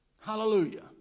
Hallelujah